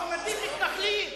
מועמדים מתנחלים.